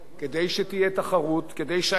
כדי שהאחד יזין את האחר,